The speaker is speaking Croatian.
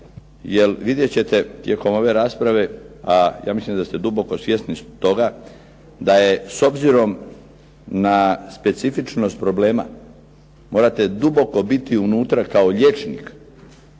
jer vidjet ćete tijekom ove rasprave, a ja mislim da ste duboko svjesni toga da je s obzirom na specifičnost problema, morate duboko biti unutra kao liječnik